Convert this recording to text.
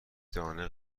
دانه